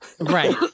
Right